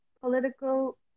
political